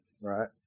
Right